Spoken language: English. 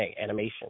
animation